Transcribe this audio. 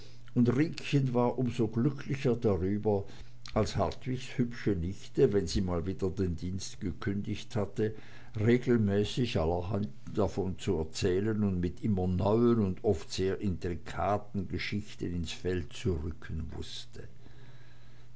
und riekchen war um so glücklicher darüber als hartwigs hübsche nichte wenn sie mal wieder den dienst gekündigt hatte regelmäßig allerlei davon zu erzählen und mit immer neuen und oft sehr intrikaten geschichten ins feld zu rücken wußte